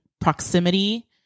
proximity